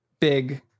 big